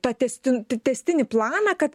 tą tęstin tęstinį planą kad